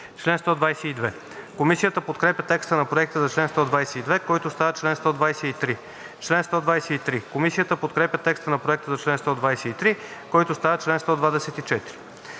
Комисията подкрепя текста на Проекта за чл. 125, който става чл. 126.